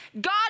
God